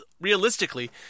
realistically